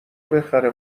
بخره